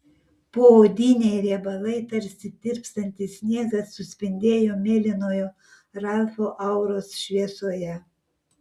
poodiniai riebalai tarsi tirpstantis sniegas suspindėjo mėlynoje ralfo auros šviesoje